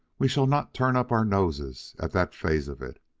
we shall not turn up our noses at that phase of it.